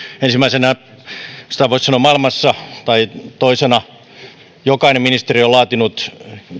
ensimmäisenä voisi sanoa tai toisena maailmassa jokainen ministeriö on laatinut